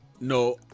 no